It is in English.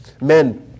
men